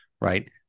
right